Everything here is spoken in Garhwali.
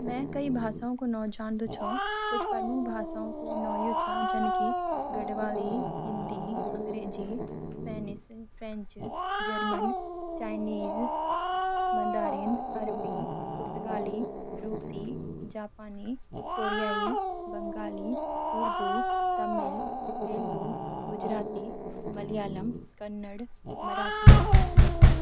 मैं कई भाषाओं कु नौ जान दु कुछ प्रमुख भाषाओं कु नौ यू छ जन कि: हिंदी अंग्रेज़ी Spanish French German Chinese (Mandarin) अरबी पुर्तगाली रूसी जापानी कोरियाई बंगाली उर्दू तमिल तेलुगु गुजराती मलयालम कन्नड़ मराठी नेपाली